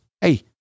Hey